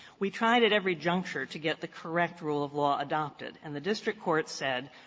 we tried at every juncture to get the correct rule of law adopted. and the district court said,